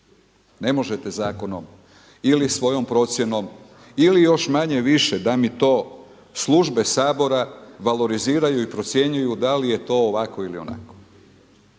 Ne možete zakonom, ili svojom procjenom, ili još manje-više da mi to službe sabora valoriziraju i procjenjuju da li je to ovako ili onako.